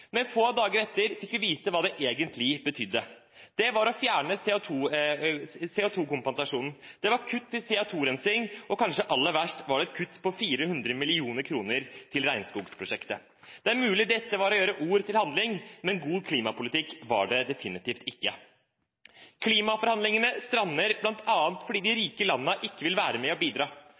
politikk. Få dager etter fikk vi vite hva det egentlig betydde. Det var å fjerne CO2-kompensasjonen, det var kutt til CO2-rensing og kanskje aller verst var det et kutt på 400 mill. kr til regnskogsprosjektet. Det er mulig dette var å gjøre ord til handling, men god klimapolitikk var det definitivt ikke. Klimaforhandlingene strander bl.a. fordi de rike landene ikke vil være med og bidra.